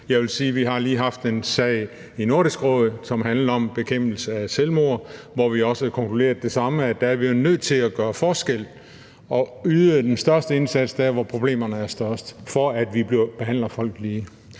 jeg vil sige, at vi lige har haft en sag i Nordisk Råd, som handlede om bekæmpelse af selvmord, og der konkluderede vi også det samme, nemlig at der er vi jo nødt til at gøre forskel og yde den største indsats der, hvor problemerne størst, for at vi behandler folk lige.